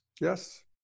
Yes